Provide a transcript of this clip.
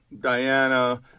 Diana